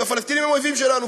והפלסטינים הם האויבים שלנו,